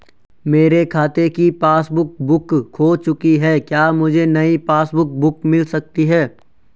मेरे खाते की पासबुक बुक खो चुकी है क्या मुझे नयी पासबुक बुक मिल सकती है?